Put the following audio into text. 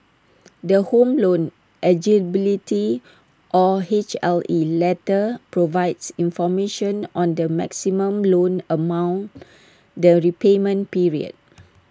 the home loan eligibility or H L E letter provides information on the maximum loan amount the repayment period